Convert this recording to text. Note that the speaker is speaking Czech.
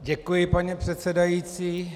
Děkuji, pane předsedající.